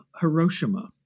Hiroshima